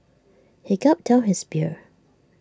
he gulped down his beer